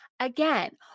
Again